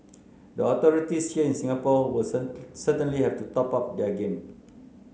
the authorities Singapore wasn't certainly have to up their game